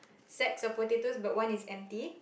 sacks of potatoes but one is empty